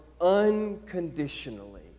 unconditionally